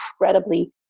incredibly